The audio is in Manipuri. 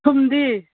ꯊꯨꯝꯗꯤ